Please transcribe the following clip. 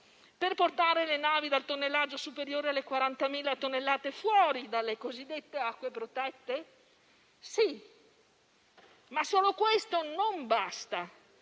per portare le navi dal tonnellaggio superiore alle 40.000 tonnellate fuori dalle cosiddette acque protette? Sì, ma solo questo non basta,